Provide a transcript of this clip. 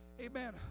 Amen